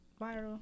viral